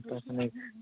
ᱫᱚᱥ ᱢᱤᱱᱤᱴ